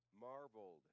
marveled